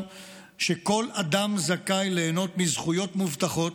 שכל אדם זכאי ליהנות מזכויות מובטחות,